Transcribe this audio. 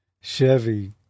Chevy